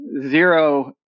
zero